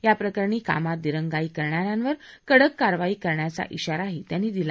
याप्रकरणी कामात दिरंगाई करणाऱ्यांवर कडक कारवाई करण्याचा इशाराही त्यांनी दिला